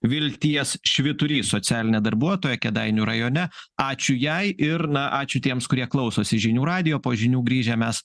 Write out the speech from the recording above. vilties švyturys socialinė darbuotoja kėdainių rajone ačiū jai ir na ačiū tiems kurie klausosi žinių radijo po žinių grįžę mes